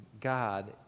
God